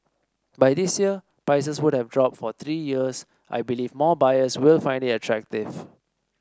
by this year prices would have dropped for three years I believe more buyers will find it attractive